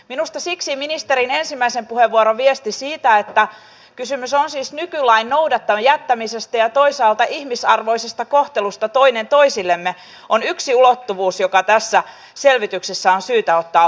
minusta siksi ministerin ensimmäisen puheenvuoron viesti siitä että kysymys on siis nykylain noudattamatta jättämisestä ja toisaalta ihmisarvoisesta kohtelusta toinen toisillemme on yksi ulottuvuus joka tässä selvityksessä on syytä ottaa huomioon